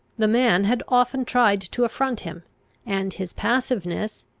the man had often tried to affront him and his passiveness,